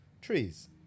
Trees